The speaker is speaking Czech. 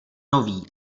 nový